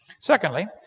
Secondly